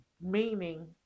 meaning